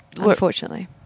unfortunately